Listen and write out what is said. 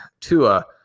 tua